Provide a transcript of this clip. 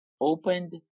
opened